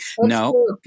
no